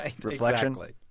Reflection